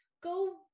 go